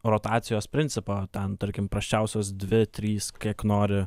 rotacijos principą ten tarkim prasčiausios dvi trys kiek nori